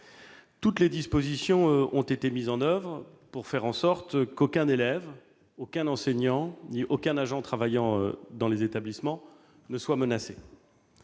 Toutes les dispositions ont été prises pour qu'aucun élève, aucun enseignant ni aucun agent travaillant dans les établissements ne soit menacé